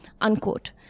unquote